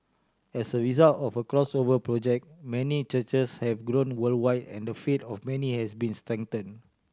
as a result of a Crossover Project many churches have grown worldwide and the faith of many has been strengthen